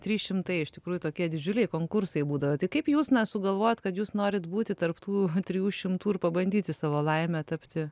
trys šimtai iš tikrųjų tokie didžiuliai konkursai būdavo tai kaip jūs na sugalvojot kad jūs norit būti tarp tų trijų šimtų ir pabandyti savo laimę tapti